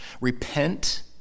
Repent